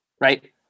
right